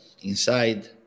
inside